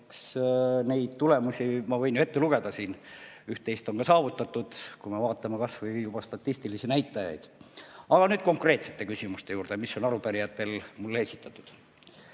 ja neid tulemusi ma võin siin ette lugeda, üht-teist on saavutatud, kui me vaatame kas või juba statistilisi näitajaid. Aga nüüd konkreetsete küsimuste juurde, mis arupärijad on mulle esitanud.